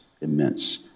immense